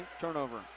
turnover